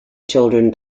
children